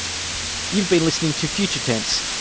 you've been listening to future tense.